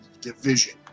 division